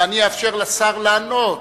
ואני אאפשר לשר לענות.